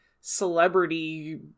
celebrity